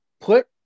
put